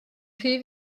rhy